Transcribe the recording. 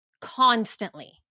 Constantly